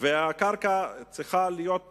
והקרקע צריכה להיות בידינו,